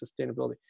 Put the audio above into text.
sustainability